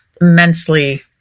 immensely